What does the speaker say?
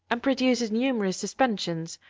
and produces numerous suspensions,